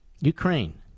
Ukraine